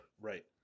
Right